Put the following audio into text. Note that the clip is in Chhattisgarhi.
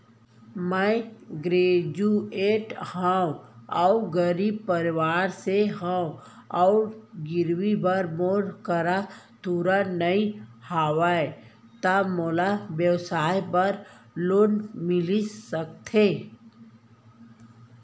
मैं ग्रेजुएट हव अऊ गरीब परवार से हव अऊ गिरवी बर मोर करा तुरंत नहीं हवय त मोला व्यवसाय बर लोन मिलिस सकथे?